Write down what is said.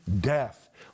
death